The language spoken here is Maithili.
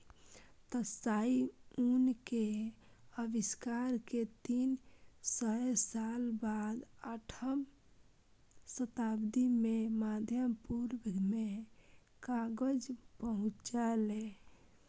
त्साई लुन के आविष्कार के तीन सय साल बाद आठम शताब्दी मे मध्य पूर्व मे कागज पहुंचलै